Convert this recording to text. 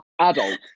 adult